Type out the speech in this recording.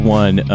one